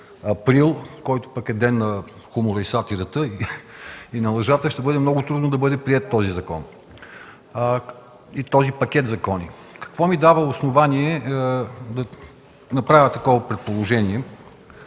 който пък е Ден на хумора, сатирата и лъжата, ще бъде много трудно да бъде приет целият пакет от закони. Какво ми дава основание да направя такова предположение?